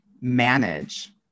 manage